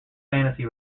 fantasy